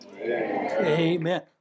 Amen